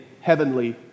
heavenly